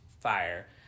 Fire